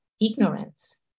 ignorance